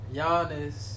Giannis